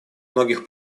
многих